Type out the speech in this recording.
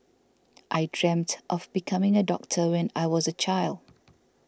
I dreamt of becoming a doctor when I was a child